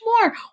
more